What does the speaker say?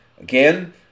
Again